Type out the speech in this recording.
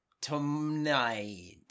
tonight